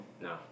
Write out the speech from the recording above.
No